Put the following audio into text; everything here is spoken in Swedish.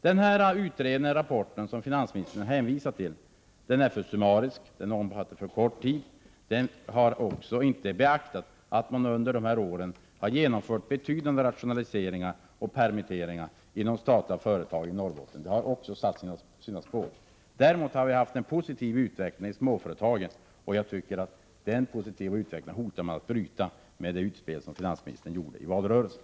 Den rapport som finansministern hänvisar till är för summarisk, och utredningen har pågått för kort tid. Det har inte heller beaktats att man under dessa år har genomfört betydande rationaliseringar och permitteringar inom statliga företag i Norrbotten. Det har också satt sina spår. Däremot har vi haft en positiv utveckling i småföretagen. Den positiva utvecklingen hotar man att bryta med det utspel som finansministern gjorde i valrörelsen.